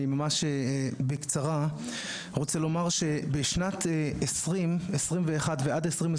אני ממש בקצרה רוצה לומר שבשנת 2021 ועד 2022